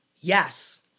Yes